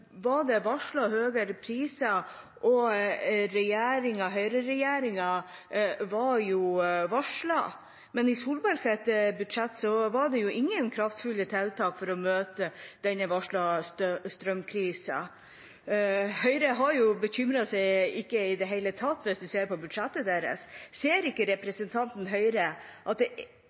var det varslet høyere priser, og Høyre-regjeringa var varslet, men i Solbergs budsjett var det ingen kraftfulle tiltak for å møte denne varslede strømkrisen. Høyre har ikke i det hele tatt bekymret seg – hvis en ser på budsjettet deres. Ser ikke representanten fra Høyre at det egentlig er